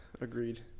Agreed